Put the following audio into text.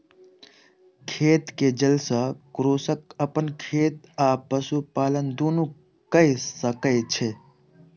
खेत के जल सॅ कृषक अपन खेत आ पशुपालन दुनू कय सकै छै